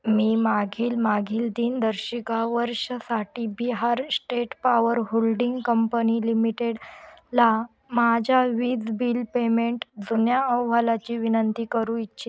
मी मागील मागील दिनदर्शिका वर्षासाठी Bihar state power holding company limited ला माझ्या वीज बिल पेमेंट जुन्या अहवालाची विनंती करू इच्छी